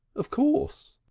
of course!